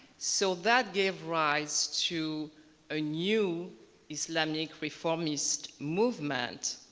so that gave rise to a new islamic reformist movement,